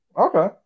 Okay